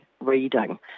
reading